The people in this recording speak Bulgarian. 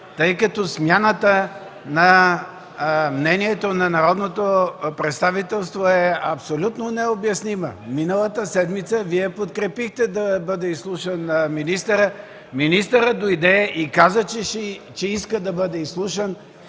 тъй като смяната на мнението на народното представителство е абсолютно необяснима. Миналата седмица Вие подкрепихте да бъде изслушан министърът. Министърът дойде и каза, че иска да бъде изслушан